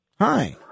Hi